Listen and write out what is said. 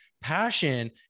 Passion